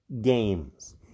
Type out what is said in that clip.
games